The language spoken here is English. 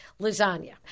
lasagna